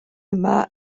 yma